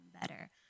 better